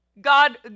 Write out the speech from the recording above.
God